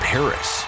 Paris